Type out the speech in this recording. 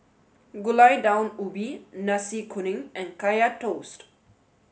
Gulai Daun Ubi Nasi Kuning and Kaya Toast